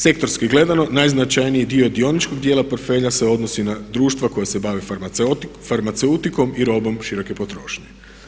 Sektorski gledano, najznačajniji dio dioničkog djela portfelja se odnosi na društva koja se bave farmaceutikom i robom široke potrošnje.